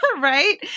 Right